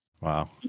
Wow